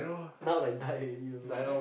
now like die already also